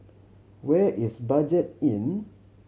where is Budget Inn